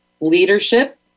leadership